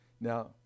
Now